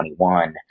2021